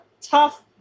tough